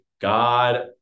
God